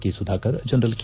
K Sudhakar general K